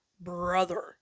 brother